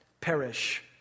perish